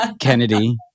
Kennedy